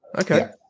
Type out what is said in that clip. Okay